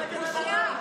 בושה.